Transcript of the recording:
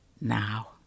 now